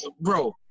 Bro